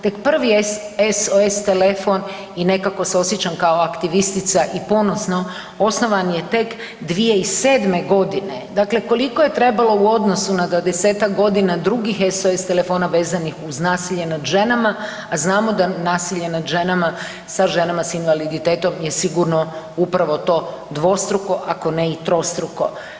Tek prvi SOS telefon i nekako se osjećam kao aktivistica i ponosno osnovan je tek 2007.g. dakle koliko je trebalo u odnosu na 20-ak godina drugih SOS telefona vezanih uz nasilje nad ženama, a znamo da nasilje nad ženama sa ženama s invaliditetom je sigurno upravo to dvostruko, ako ne i trostruko.